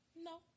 No